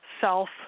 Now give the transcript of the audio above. self